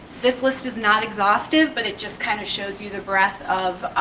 this list is not exhaustive, but it just kind of shows you the breath of